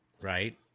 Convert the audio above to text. right